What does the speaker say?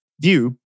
view